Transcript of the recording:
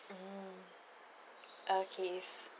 mm okay